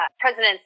president